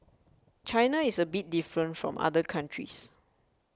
China is a bit different from other countries